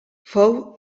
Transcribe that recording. fou